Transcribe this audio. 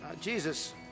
Jesus